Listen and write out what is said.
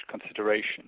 consideration